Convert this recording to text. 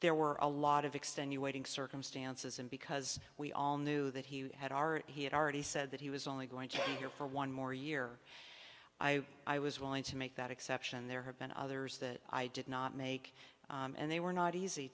there were a lot of extenuating circumstances and because we all knew that he had already had already said that he was only going to be here for one more year i i was willing to make that exception there have been others that i did not make and they were not easy